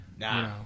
Nah